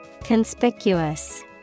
Conspicuous